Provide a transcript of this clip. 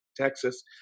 Texas